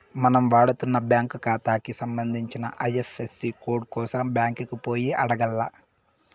మనం వాడతన్న బ్యాంకు కాతాకి సంబంధించిన ఐఎఫ్ఎసీ కోడు కోసరం బ్యాంకికి పోయి అడగాల్ల